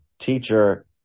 teacher